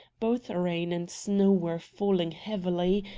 both rain and snow were falling heavily,